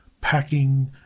packing